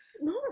No